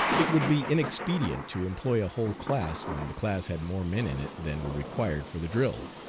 it would be inexpedient to employ a whole class when the class had more men in it than were required for the drill.